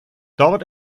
dort